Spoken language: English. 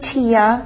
Tia